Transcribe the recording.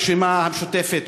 ראשי הרשימה המשותפת,